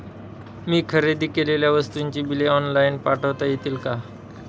मी खरेदी केलेल्या वस्तूंची बिले ऑनलाइन पाठवता येतील का?